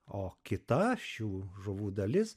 o kita šių žuvų dalis